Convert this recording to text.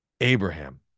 Abraham